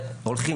והולכים,